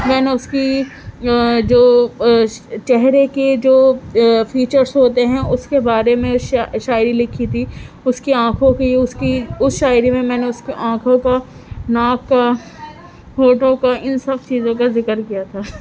میں نے اُس کی جو چہرے کے جو فیچرس ہوتے ہیں اُس کے بارے میں شاعری لِکھی تھی اُس کی آنکھوں کی اُس کی اُس شاعری میں میں نے اُس کی آنکھوں کا ناک کا ہونٹوں کا اِن سب چیزوں کا ذکر کیا تھا